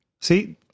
See